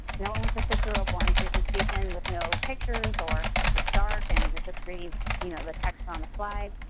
no one wants to sit through a boring presentation with no pictures or it's dark and you can just read you know the text on the slide.